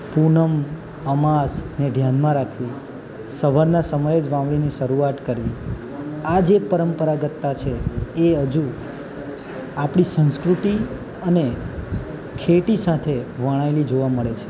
પૂનમ અમાસને ધ્યાનમાં રાખી સવારના સમયે જ વાવણીની શરૂઆત કરવી આજે એક પરંપરાગતા છે એ હજુ આપણી સંસ્કૃતિ અને ખેતી સાથે વણાએલી જોવા મળે છે